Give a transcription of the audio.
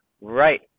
Right